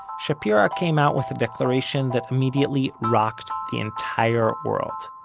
shapira came out with a declaration that immediately rocked the entire world.